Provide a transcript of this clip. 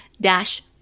dash